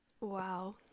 Wow